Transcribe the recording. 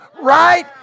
right